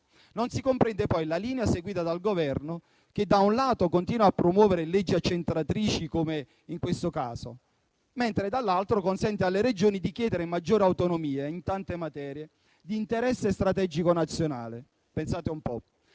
Non si comprende, poi, la linea seguita dal Governo, che da un lato continua a promuovere leggi accentratrici, come in questo caso, mentre, dall'altro, consente alle Regioni di chiedere maggiore autonomia in tante materie di interesse strategico nazionale, pensate un po',